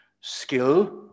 skill